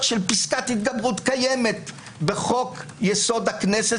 של פסקת התגברות קיימת בחוק-יסוד: הכנסת,